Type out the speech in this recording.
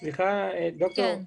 סליחה, ד"ר,